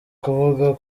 kuvuga